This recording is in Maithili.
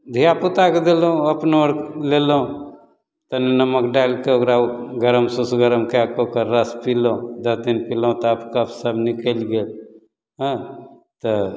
धिआपुताके देलहुँ अपनो आओर लेलहुँ तऽ नमक डालिके ओकरा गरम सुस गरम कै के ओकर रस पिलहुँ दस दिन पिलहुँ तऽ कफ तफ सब निकलि गेल हँ तऽ